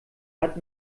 hat